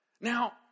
Now